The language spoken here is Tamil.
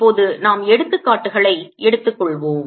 இப்போது நாம் எடுத்துக்காட்டுகளை எடுத்துக்கொள்வோம்